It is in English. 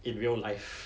in real life